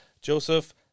Joseph